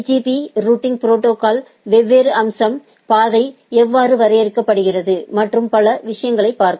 பீ routing ப்ரோடோகால்ஸ்களின் வெவ்வேறு அம்சம் பாதை எவ்வாறு வரையறுக்கப்படுகிறது மற்றும் பல விஷயங்களை பார்த்தோம்